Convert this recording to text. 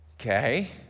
Okay